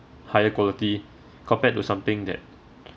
higher quality compared to something that